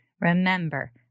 remember